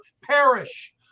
perish